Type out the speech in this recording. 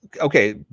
okay